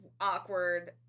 awkward